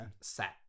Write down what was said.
set